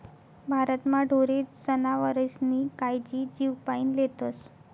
भारतमा ढोरे जनावरेस्नी कायजी जीवपाईन लेतस